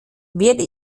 werde